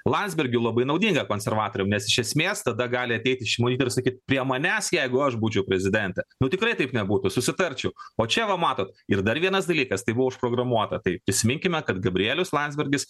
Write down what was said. landsbergiu labai naudinė konservatoriam nes iš esmės tada gali ateit išmuit ir sakyt prie manęs jeigu aš būčiau prezidentė tikrai taip nebūtų susitarčiau o čia va matot ir dar vienas dalykas tai buvo užprogramuota tai prisiminkime kad gabrielius landsbergis